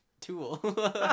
tool